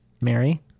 Mary